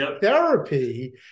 therapy